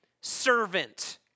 servant